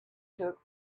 took